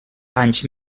anys